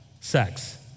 sex